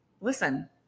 listen